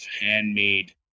handmade